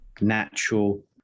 natural